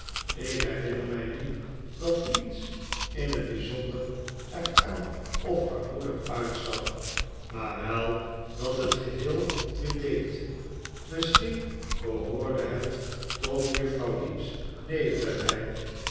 ik herinner mij niet dat iets in het bijzonder er kaal of armoedig uitzag maar wel dat het geheel dit deed misschien behoorde het tot juffrouw heep's nederigheid